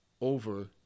over